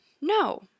no